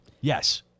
Yes